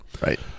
Right